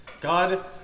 God